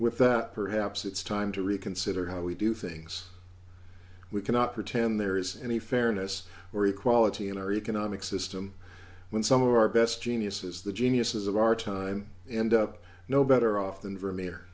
with that perhaps it's time to reconsider how we do things we cannot pretend there is any fairness or equality in our economic system when some of our best geniuses the geniuses of our time end up no better off than vermeer